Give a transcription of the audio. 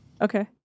Okay